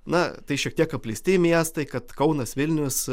na tai šiek tiek apleisti miestai kad kaunas vilnius